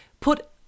put